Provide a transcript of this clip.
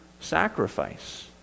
sacrifice